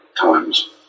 times